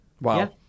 Wow